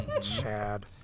Chad